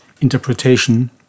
interpretation